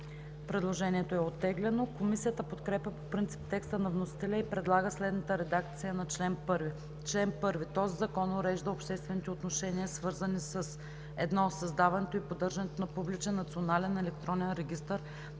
Предложението е оттеглено. Комисията подкрепя по принцип текста на вносителя и предлага следната редакция на чл. 1: „Чл. 1. Този закон урежда обществените отношения, свързани със: 1. създаването и поддържането на публичен национален електронен регистър